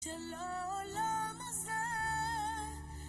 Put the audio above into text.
שלעולם הזה